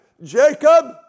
Jacob